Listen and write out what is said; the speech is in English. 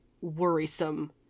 worrisome